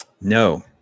No